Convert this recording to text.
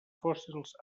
fòssils